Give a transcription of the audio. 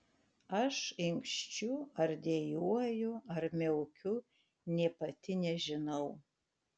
aš inkščiu ar dejuoju ar miaukiu nė pati nežinau